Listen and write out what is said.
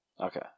Okay